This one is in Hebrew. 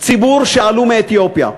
ציבור שעלו מאתיופיה,